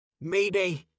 Mayday